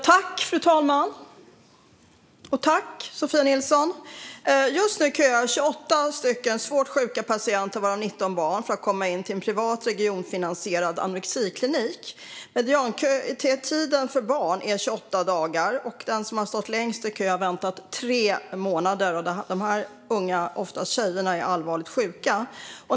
Fru talman! Just nu köar 28 svårt sjuka patienter, varav 19 barn, för att komma in till en privat, regionfinansierad anorexiklinik. Mediankötiden för barn är 28 dagar, och den som har stått längst i kö har väntat i tre månader. Dessa unga - oftast tjejer - är allvarligt sjuka.